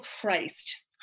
Christ